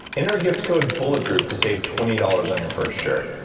enter gift code bulletproof to save twenty dollars on your first shirt.